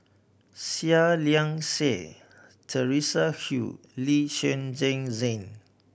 Seah Liang Seah Teresa Hsu Lee Zhen Zhen Jane